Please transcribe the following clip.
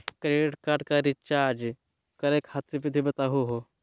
Credit card क recharge करै खातिर विधि बताहु हो?